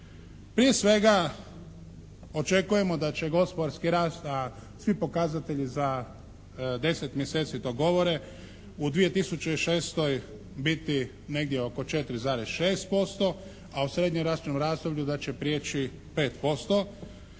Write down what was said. Prije svega očekujemo da će gospodarski rast, a svi pokazatelji za 10 mjeseci to govore u 2006. biti negdje oko 4,6% a u srednjeročnom razdoblju da će prijeći 5%